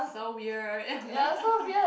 so weird